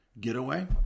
getaway